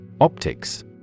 Optics